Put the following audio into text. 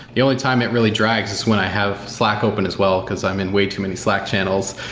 the only time it really drags is when i have slack open as well, because i'm in way too many slack channels.